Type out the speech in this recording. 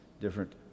different